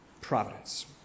providence